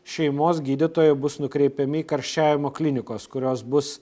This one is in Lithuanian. šeimos gydytojų bus nukreipiami į karščiavimo klinikas kurios bus